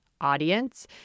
audience